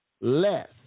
less